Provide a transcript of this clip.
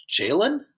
Jalen